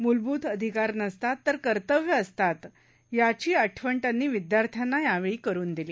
मूलभूत अधिकार नसतात तर कर्तव्य असतात याची आठवण त्यांनी विद्यार्थ्यांना यावेळी करून दिली